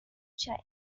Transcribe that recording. child